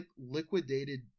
liquidated